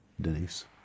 Denise